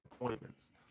appointments